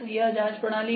यह जांच प्रणाली है